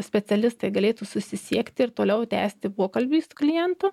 specialistai galėtų susisiekti ir toliau tęsti pokalbį su klientu